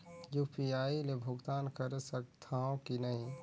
UPI ले भुगतान करे सकथन कि नहीं?